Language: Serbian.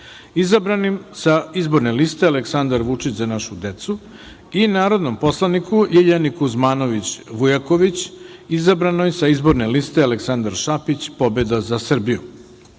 izabranim sa izborne liste „Aleksandar Vučić – Za našu decu“ i narodnom poslaniku Ljiljani Kuzmanović Vujaković izabranoj sa izborne liste „Aleksandar Šapić – Pobeda za Srbiju“.Na